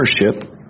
ownership